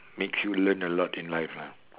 makes you learn a lot in life lah